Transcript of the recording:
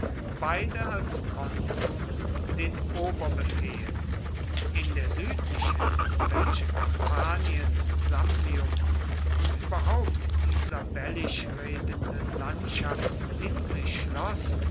beide als konsuln den oberbefehl in der südlichen welche kampanien samnium und überhaupt die sabellisch redenden landschaften in sich schloß